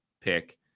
pick